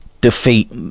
defeat